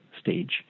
stage